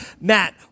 Matt